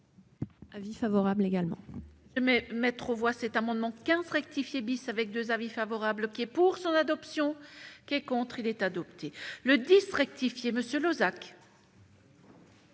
Avis favorable également